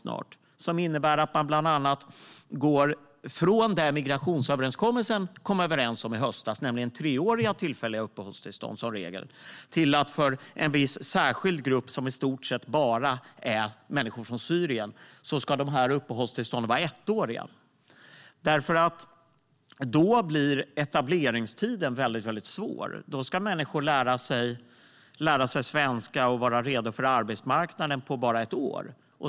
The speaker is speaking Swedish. De innebär bland annat att man går från det man kom överens om i migrationsöverenskommelsen i höstas, nämligen treåriga tillfälliga uppehållstillstånd som regel, till att uppehållstillstånden för en särskild grupp - i stort sett bara människor från Syrien - ska vara ettåriga. Då blir etableringstiden väldigt svår. Då ska människor lära sig svenska och vara redo för arbetsmarknaden på bara ett år.